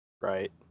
Right